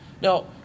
Now